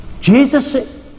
Jesus